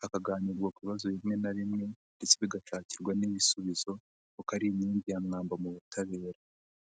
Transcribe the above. hakaganirwa ku bibazo bimwe na bimwe ndetse bigashakirwa n'ibisubizo kuko ari inkingi ya mwamba mu butabera.